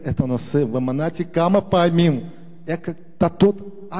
ומנעתי כמה פעמים קטטות על הנושא הזה.